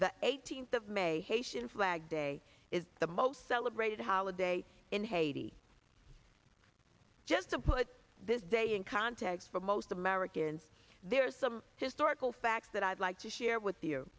the eighteenth of may haitian flag day is the most celebrated holiday in haiti just to put this day in context for most americans there is some historical facts that i'd like to share with you